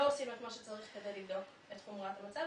לא עושים את מה שצריך כדי לבדוק את חומרת המצב,